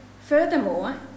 Furthermore